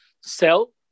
sell